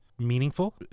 Meaningful